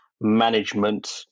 management